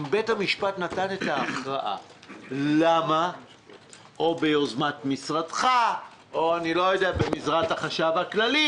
אם בית המשפט נתן את ההכרעה ביוזמת משרדך או ביוזמת החשב הכללי